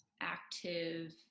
active